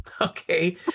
Okay